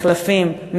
מחלפים,